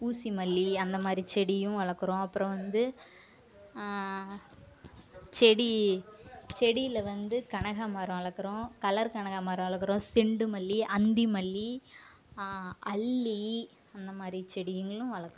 ஊசி மல்லி அந்த மாதிரி செடியும் வளர்க்குறோம் அப்புறம் வந்து செடி செடியில வந்து கனகாம்பரம் வளர்க்குறோம் கலர் கனகாம்பரம் வளர்க்குறோம் செண்டு மல்லி அந்தி மல்லி அல்லி அந்த மாதிரி செடிகளும் வளர்க்குறோம்